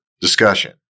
discussion